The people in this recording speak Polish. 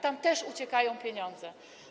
Tam też uciekają pieniądze.